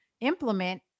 implement